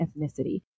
ethnicity